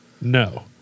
No